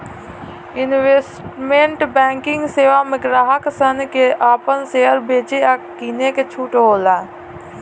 investment banking सेवा में ग्राहक सन के आपन शेयर बेचे आ किने के छूट होला